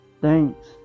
Thanks